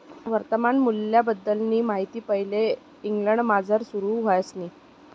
वर्तमान मूल्यबद्दलनी माहिती पैले इंग्लंडमझार सुरू व्हयनी